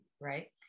Right